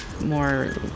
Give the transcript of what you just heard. more